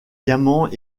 diamants